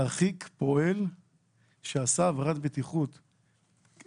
להרחיק פועל שעשה עבירת בטיחות חמורה.